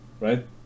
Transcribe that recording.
right